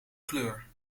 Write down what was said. kleur